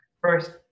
first